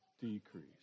decrease